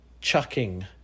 chucking